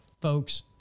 folks